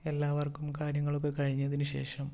എല്ലാവർക്കും കാര്യങ്ങളൊക്കെ കഴിഞ്ഞതിന് ശേഷം